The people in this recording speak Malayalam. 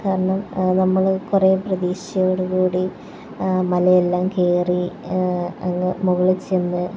കാരണം നമ്മൾ കുറേ പ്രതീഷയോടുകൂടി മലയെല്ലാം കയറി അങ്ങ് മുകളിൽച്ചെന്ന്